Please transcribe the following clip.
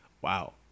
Wow